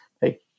hey